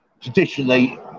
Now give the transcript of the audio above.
traditionally